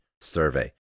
survey